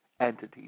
entities